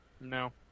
no